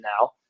now